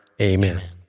Amen